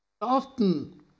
Often